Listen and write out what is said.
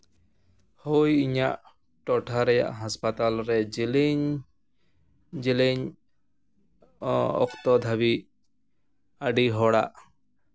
ᱦᱳᱭ ᱤᱧᱟᱹᱜ ᱴᱚᱴᱷᱟ ᱨᱮᱭᱟᱜ ᱦᱟᱥᱯᱟᱛᱟᱞ ᱨᱮ ᱡᱮᱞᱮᱧ ᱡᱮᱞᱮᱧ ᱚᱠᱛᱚ ᱫᱷᱟᱹᱵᱤᱡ ᱟᱹᱰᱤ ᱦᱚᱲᱟᱜ